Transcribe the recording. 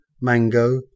mango